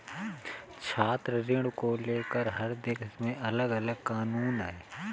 छात्र ऋण को लेकर हर देश में अलगअलग कानून है